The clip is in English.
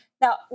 Now